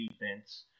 defense